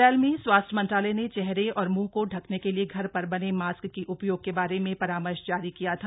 अप्रैल में स्वास्थ्य मंत्रालय ने चेहरे और मुंह को ढकने के लिए घर पर बने मास्क के उपयोग के बारे में परामर्श जारी किया था